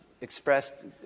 expressed